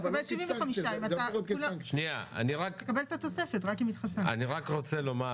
אתה מקבל 75% ------ אתה מקבל את התוספת --- אני רק רוצה לומר